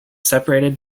separated